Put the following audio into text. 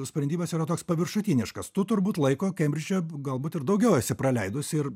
sprendimas yra toks paviršutiniškas tu turbūt laiko kembridže galbūt ir daugiau esi praleidus ir